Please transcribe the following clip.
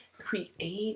create